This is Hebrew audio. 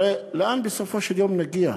הרי לאן בסופו של יום נגיע?